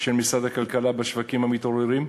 של משרד הכלכלה בשווקים המתעוררים,